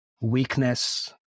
weakness